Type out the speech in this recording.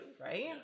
right